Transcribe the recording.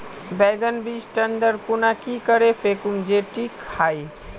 बैगन बीज टन दर खुना की करे फेकुम जे टिक हाई?